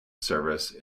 service